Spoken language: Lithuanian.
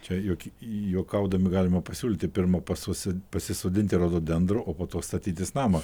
čia juk juokaudami galima pasiūlyti pirma pasosi pasisodinti rododendrų o po to statytis namą